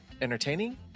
entertaining